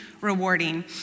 rewarding